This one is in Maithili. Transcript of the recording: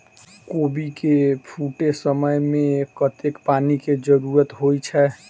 कोबी केँ फूटे समय मे कतेक पानि केँ जरूरत होइ छै?